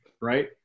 right